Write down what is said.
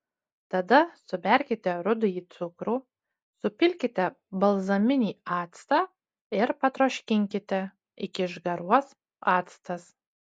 tada suberkite rudąjį cukrų supilkite balzaminį actą ir patroškinkite iki išgaruos actas